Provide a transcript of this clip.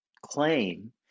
claim